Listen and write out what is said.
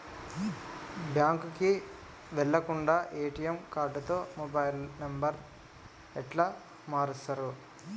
బ్యాంకుకి వెళ్లకుండా ఎ.టి.ఎమ్ కార్డుతో మొబైల్ నంబర్ ఎట్ల మారుస్తరు?